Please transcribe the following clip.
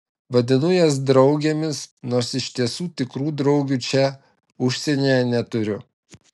vadinu jas draugėmis nors iš tiesų tikrų draugių čia užsienyje neturiu